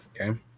Okay